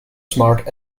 smart